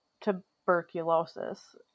tuberculosis